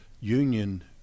union